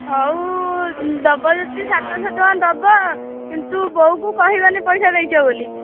ହଉ ଦେବ ଯଦି ସାତଶହ ଟଙ୍କା ଦେବ କିନ୍ତୁ ବୋଉ କୁ କହିବନି ପଇସା ଦେଇଛ ବୋଲି